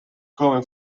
come